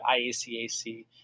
IACAC